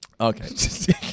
Okay